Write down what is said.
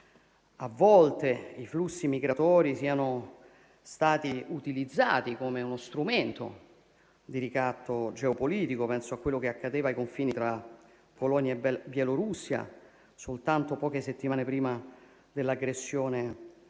a volte, i flussi migratori siano stati utilizzati come uno strumento di ricatto geopolitico: penso a quello che accadeva ai confini tra Polonia e Bielorussia, soltanto poche settimane prima dell'aggressione